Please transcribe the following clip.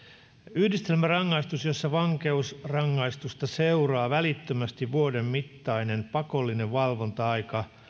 yhdistelmärangaistus jossa vankeusrangaistusta seuraa välittömästi vuoden mittainen pakollinen valvonta aika